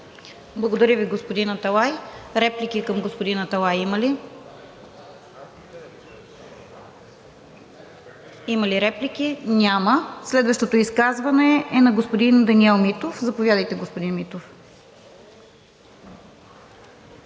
Благодаря Ви, господин Аталай. Реплики към господин Аталай има ли? Няма. Следващото изказване е на господин Даниел Митов. Заповядайте, господин Митов.